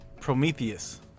Prometheus